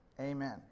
Amen